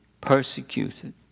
persecuted